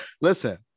listen